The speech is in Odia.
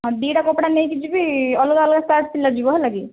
ହଁ ଦୁଇଟା କପଡ଼ା ନେଇକି ଯିବି ଅଲଗା ଅଲଗା ସାର୍ଟ ସିଲାଯିବ ହେଲା କି